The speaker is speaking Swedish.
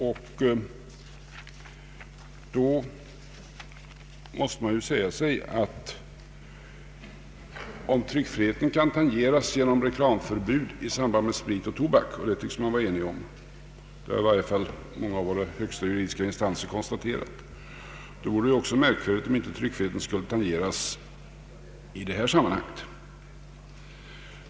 Man måste säga sig att om tryckfriheten kan tangeras genom reklamförbud mot sprit och tobak — och det tycks man vara enig om, i varje fall har många av våra högsta juridiska instanser konstaterat det — vore det märkvärdigt om inte tryckfriheten skulle tangeras också i det här sammanhanget.